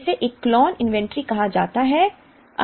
जिसे echelon inventory कहा जाता है